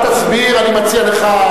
אל תסביר, אני מציע לך.